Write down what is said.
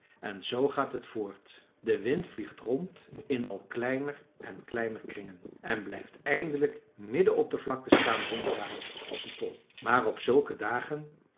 en zoo gaat het voort de wind vliegt rond in al kleiner en kleiner kringen en blijft eindelijk midden op de vlakte staan ronddraaien als een tol maar op zulke dagen